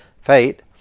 fate